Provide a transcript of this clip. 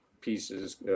pieces